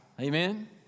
Amen